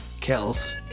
Kells